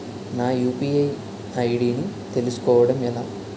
నా UPI ID ని తెలుసుకోవడం ఎలా?